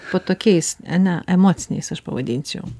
po tokiais ane emociniais aš pavadinčiau